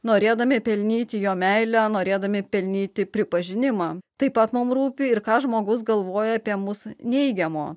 norėdami pelnyti jo meilę norėdami pelnyti pripažinimą taip pat mums rūpi ir ką žmogus galvoja apie mūsų neigiamo